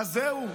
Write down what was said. מה, זהו?